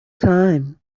time